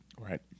Right